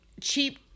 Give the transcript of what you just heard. cheap